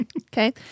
Okay